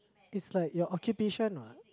it's like your occupation what